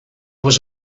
was